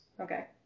Okay